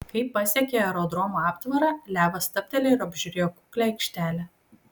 kai pasiekė aerodromo aptvarą levas stabtelėjo ir apžiūrėjo kuklią aikštelę